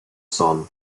son